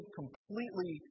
completely